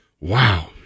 Wow